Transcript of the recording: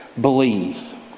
Believe